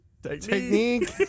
technique